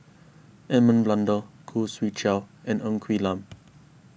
Edmund Blundell Khoo Swee Chiow and Ng Quee Lam